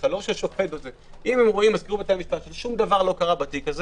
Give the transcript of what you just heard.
אם הם רואים במזכירות בתי המשפט שדבר לא קרה בתיק הזה